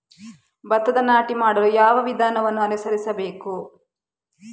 ಭತ್ತದ ನಾಟಿ ಮಾಡಲು ಯಾವ ವಿಧಾನವನ್ನು ಅನುಸರಿಸಬೇಕು?